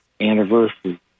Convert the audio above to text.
anniversary